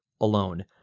alone